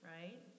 right